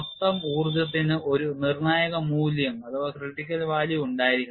മൊത്തം ഊർജ്ജത്തിന് ഒരു നിർണായക മൂല്യം ഉണ്ടായിരിക്കണം